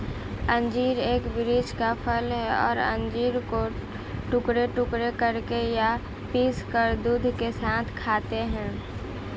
अंजीर एक वृक्ष का फल है और अंजीर को टुकड़े टुकड़े करके या पीसकर दूध के साथ खाते हैं